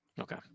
Okay